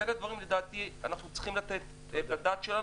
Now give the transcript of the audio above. אלה דברים לדעתי שאנחנו צריכים לתת עליהם את הדעת.